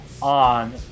on